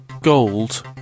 gold